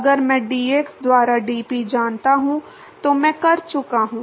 अगर मैं डीएक्स द्वारा डीपी जानता हूं तो मैं कर चुका हूं